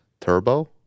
Turbo